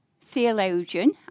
theologian